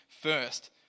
first